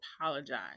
apologize